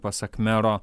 pasak mero